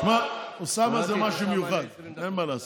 תשמע, אוסאמה זה משהו מיוחד, אין מה לעשות.